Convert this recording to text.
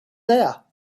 there